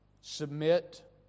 submit